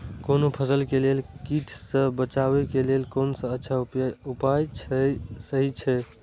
कोनो फसल के लेल कीट सँ बचाव के लेल कोन अच्छा उपाय सहि अछि?